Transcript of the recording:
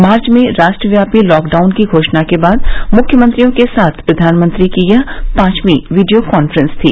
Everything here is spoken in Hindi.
मार्च में राष्ट्रव्यापी लॉकडाउन की घोषणा के बाद मुख्यमंत्रियों के साथ प्रधानमंत्री की यह पांचवी वीडियो कांफ्रेंस थी